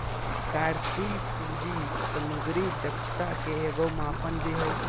कार्यशील पूंजी समग्र दक्षता के एगो मापन भी हइ